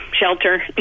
shelter